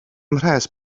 mhres